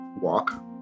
walk